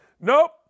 Nope